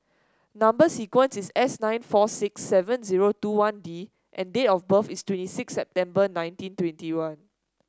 number sequence is S nine four six seven zero two one D and date of birth is twenty six September nineteen twenty one